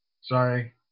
Sorry